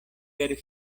per